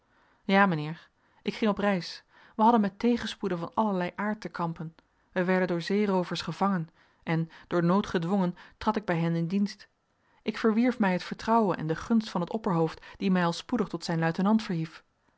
ja mijnheer ik ging op reis wij hadden met tegenspoeden van allerlei aard te kampen wij werden door zeeroovers gevangen en door nood gedwongen trad ik bij hen in dienst ik verwierf mij het vertrouwen en de gunst van het opperhoofd die mij al spoedig tot zijn luitenant verhief